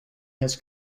his